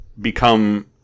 become